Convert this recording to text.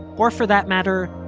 or, for that matter,